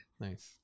Nice